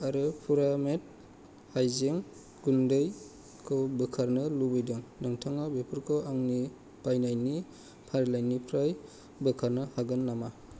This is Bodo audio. आरो पुरामेट हायजें गुन्दैखौ बोखारनो लुबैदों नोंथाङा बेफोरखौ आंनि बायनायनि फारिलाइनिफ्राय बोखारनो हागोन नामा